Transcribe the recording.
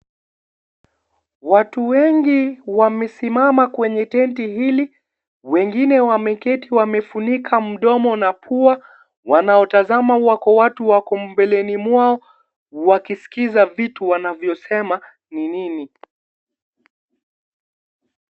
Watu wengi wamesimama kwenye tenti hili, wengine wameketi wamefunika mdomo na pua. Wanaotazama wako watu wako mbeleni mwao wakisikiliza vitu wanavyosema ni nini.